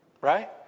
right